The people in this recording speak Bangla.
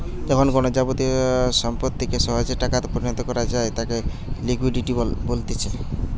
যখন কোনো যাবতীয় সম্পত্তিকে সহজে টাকাতে পরিণত করা যায় তাকে লিকুইডিটি বলতিছে